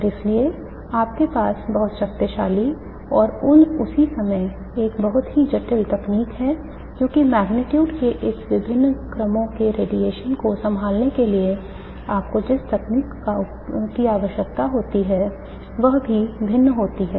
और इसलिए आपके पास बहुत शक्तिशाली और उसी समय एक बहुत ही जटिल तकनीक है क्योंकि मेग्नीट्यूड के इन विभिन्न क्रमों के रेडिएशन को संभालने के लिए आपको जिस तकनीक की आवश्यकता होती है वह भी भिन्न होती है